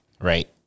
right